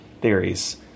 theories